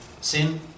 sin